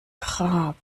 grab